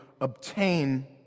obtain